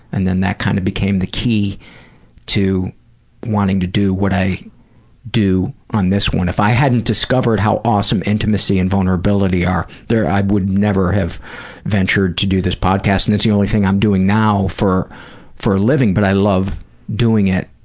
and then that kind of became the key to wanting to do what i do on this one. if i hadn't discovered how awesome intimacy and vulnerability are, i would never have ventured to do this podcast, and it's the only thing i'm doing now for for a living, but i love doing it.